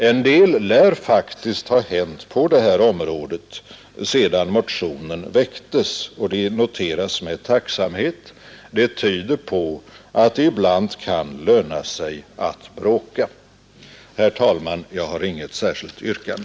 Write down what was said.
En del lär faktiskt ha hänt på detta område sedan motionen väcktes, och det noteras med tacksamhet. Det tyder på att det ibland kan löna sig att bråka. Herr talman! Jag har inget särskilt yrkande.